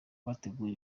bagategura